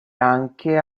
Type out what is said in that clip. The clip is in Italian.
anche